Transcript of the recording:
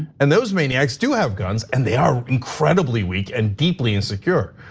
and those maniacs do have guns, and they are incredibly weak and deeply insecure.